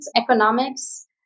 economics